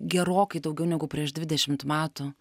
gerokai daugiau negu prieš dvidešimt metų